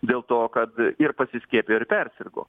dėl to kad ir pasiskiepijo ir persirgo